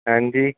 ਹਾਂਜੀ